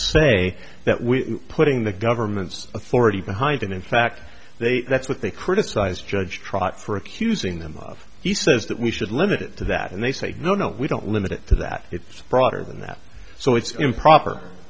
say that we putting the government's authority behind them in fact they that's what they criticize judge trot for accusing them of he says that we should limit it to that and they say no no we don't limit it to that it's broader than that so it's improper